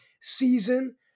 season